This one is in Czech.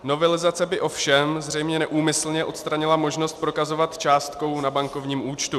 Novelizace by ovšem zřejmě neúmyslně odstranila možnost prokazovat částkou na bankovním účtu.